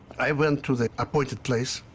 i went to the appointed place,